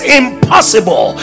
impossible